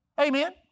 Amen